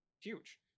huge